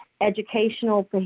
educational